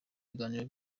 ibiganiro